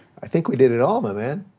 i think we did it all, my man.